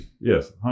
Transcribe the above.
Yes